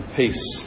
peace